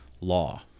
law